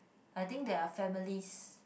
I think they are families